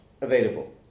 available